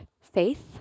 faith